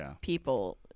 people